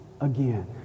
again